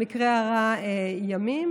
במקרה הרע ימים,